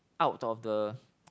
out of the